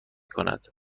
کند